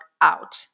out